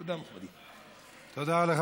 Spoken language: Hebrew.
תודה, מכובדי.